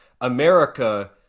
america